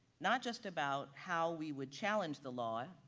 not just about how we would challenge the law,